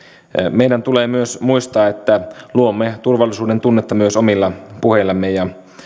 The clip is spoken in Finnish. meidän tulee myös muistaa että luomme turvallisuudentunnetta myös omilla puheillamme ja